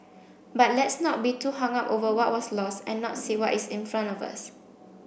but let's not be too hung up over what was lost and not see what is in front of us